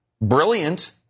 brilliant